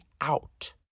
out